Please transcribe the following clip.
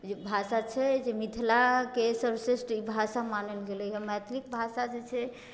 भाषा छै जे मिथिलाके सर्वश्रेष्ठ भाषा मानल गेलै हँ मैथिलीके भाषा जे छै